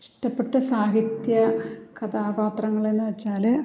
ഇഷ്ടപ്പെട്ട സാഹിത്യ കഥാപാത്രങ്ങൾ എന്നു വെച്ചാൽ